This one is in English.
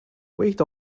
weight